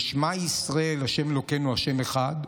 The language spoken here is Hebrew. "שמע ישראל ה' אלוקינו ה' אחד",